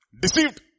Deceived